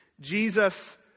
Jesus